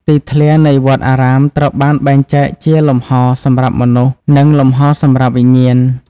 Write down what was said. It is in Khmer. ទីធ្លា នៃវត្តអារាមត្រូវបានបែងចែកជាលំហសម្រាប់មនុស្ស និងលំហសម្រាប់វិញ្ញាណ។